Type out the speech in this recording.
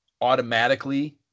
automatically